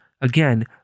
again